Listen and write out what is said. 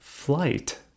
Flight